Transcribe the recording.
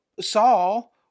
Saul